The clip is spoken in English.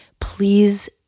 please